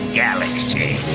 galaxy